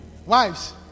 wives